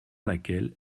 laquelle